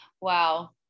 Wow